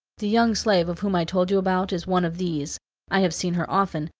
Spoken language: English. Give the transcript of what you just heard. the young slave of whom i told you about is one of these i have seen her often,